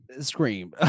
scream